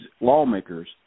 lawmakers